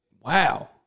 Wow